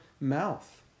mouth